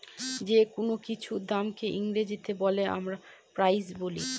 যেকোনো কিছুর দামকে ইংরেজিতে আমরা প্রাইস বলি